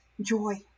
joy